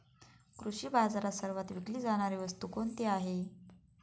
कृषी बाजारात सर्वात विकली जाणारी वस्तू कोणती आहे?